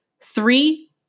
Three